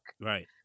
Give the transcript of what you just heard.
Right